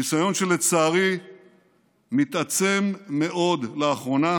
ניסיון שלצערי מתעצם מאוד לאחרונה